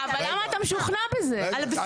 למה אתה משוכנע בזה?